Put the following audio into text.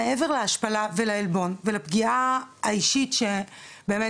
מעבר להשפלה הנוראית ומעבר לעלבון ולפגיעה האישית שבאמת,